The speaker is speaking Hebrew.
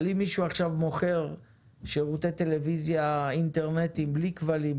אבל אם מישהו עכשיו מוכר שירותי טלוויזיה אינטרנטי בלי כבלים,